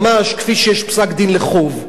ממש כפי שיש פסק-דין על חוב.